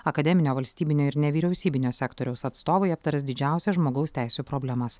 akademinio valstybinio ir nevyriausybinio sektoriaus atstovai aptars didžiausias žmogaus teisių problemas